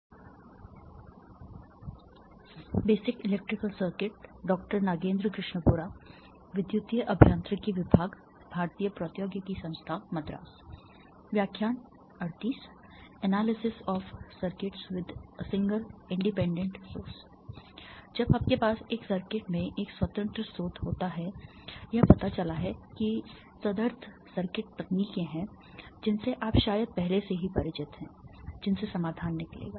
analysis of circuits with a single independent source जब आपके पास एक सर्किट में एक स्वतंत्र स्रोत होता है यह पता चला है कि तदर्थ सर्किट तकनीकें हैं जिनसे आप शायद पहले से ही परिचित हैं जिनसे समाधान निकलेगा